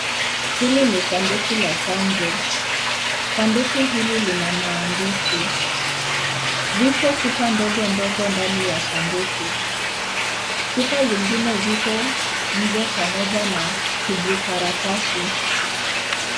Hili ni sanduku la chanjo. Sanduku hili lina maandishi. Vipo chupa ndogo ndani ya sanduku. Chupa zingine ziko nje pamoja na kijikaratasi.